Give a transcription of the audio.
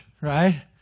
Right